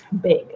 big